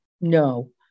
No